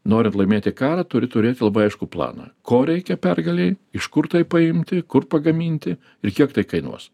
norint laimėti karą turi turėti labai aiškų planą ko reikia pergalei iš kur tai paimti kur pagaminti ir kiek tai kainuos